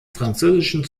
französischen